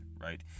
right